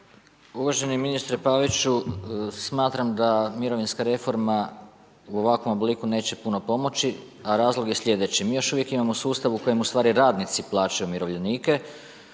Uvaženi ministre Paviću, smatram da mirovinska reforma u ovakvom obliku neće puno pomoći, a razlog je sljedeći, mi još uvijek imamo sustav u kojem ustvari radnici plaćaju umirovljenike.